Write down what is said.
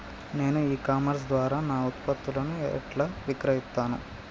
నేను e commerce ద్వారా నా ఉత్పత్తులను ఎట్లా విక్రయిత్తను?